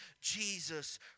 Jesus